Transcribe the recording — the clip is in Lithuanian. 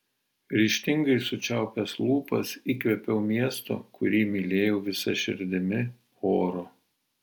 ryžtingai sučiaupęs lūpas įkvėpiau miesto kurį mylėjau visa širdimi oro